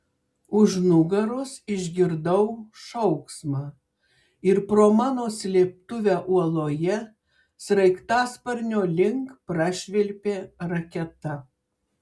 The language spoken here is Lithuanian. už nugaros išgirdau šauksmą ir pro mano slėptuvę uoloje sraigtasparnio link prašvilpė raketa